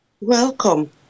Welcome